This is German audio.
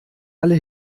alle